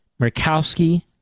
Murkowski